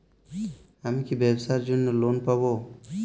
আমি কি ব্যবসার জন্য লোন পাব?